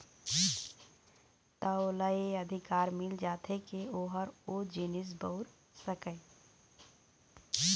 त ओला ये अधिकार मिल जाथे के ओहा ओ जिनिस बउर सकय